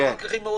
ואם היא רוצה,